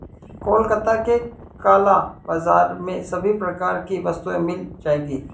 कोलकाता के काला बाजार में सभी प्रकार की वस्तुएं मिल जाएगी